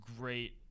great